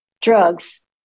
drugs